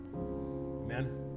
Amen